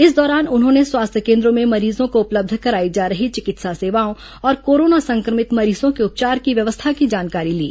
इस दौरान उन्होंने स्वास्थ्य केन्द्रों में मरीजों को उपलब्ध कराई जा रही चिकित्सा सेवाओं और कोरोना संक्रमित मरीजों के उपचार की व्यवस्था की जानकारी ली